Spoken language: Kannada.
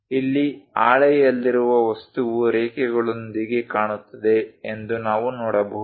ಇಲ್ಲಿ ಹಾಳೆಯಲ್ಲಿರುವ ವಸ್ತುವು ರೇಖೆಗಳೊಂದಿಗೆ ಕಾಣುತ್ತದೆ ಎಂದು ನಾವು ನೋಡಬಹುದು